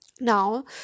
Now